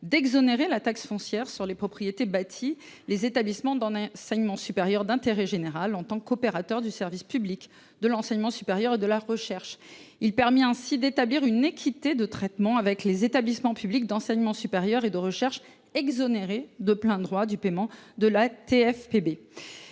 d’exonérer de taxe foncière sur les propriétés bâties les établissements d’enseignement supérieur privés d’intérêt général en tant qu’opérateurs du service public de l’enseignement supérieur et de la recherche. Il vise ainsi à établir une équité de traitement avec les établissements publics d’enseignement supérieur et de recherche, exonérés de plein droit du paiement de la TFPB.